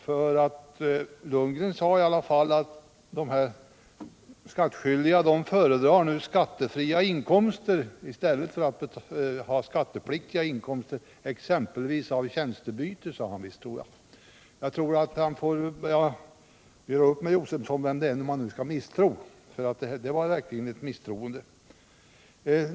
Herr Lundgren sade att de skattskyldiga föredrar s.k. skattefria inkomster i stället för skattepliktiga genom att byta tjänster med varandra.